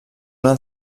una